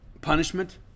punishment